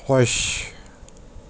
خوش